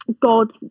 God